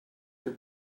your